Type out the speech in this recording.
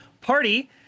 party